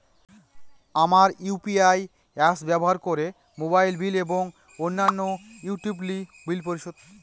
আমরা UPI apps ব্যবহার করে মোবাইল বিল এবং অন্যান্য ইউটিলিটি বিল পরিশোধ করতে পারি